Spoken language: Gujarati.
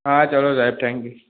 હા ચાલો સાહેબ ઠેન્ક્યું